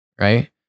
right